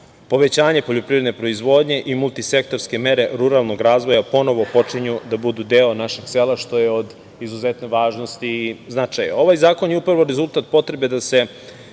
povećanje poljoprivredne proizvodnje i multi-sektorske mere ruralnog razvoja ponovo počinju da budu deo našeg sela, što je od izuzetne važnosti i značaja. Ovaj zakon je upravo rezultat potrebe da se